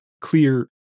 clear